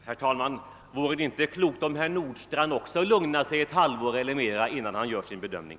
Herr talman! Vore det inte klokt om också herr Nordstrandh lugnade sig ett halvår eller något längre innan han gör sin bedömning?